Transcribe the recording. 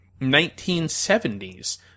1970s